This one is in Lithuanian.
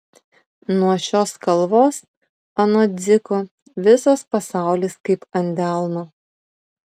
nuo šios kalvos anot dziko visas pasaulis kaip ant delno